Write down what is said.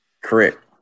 Correct